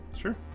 Sure